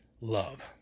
Love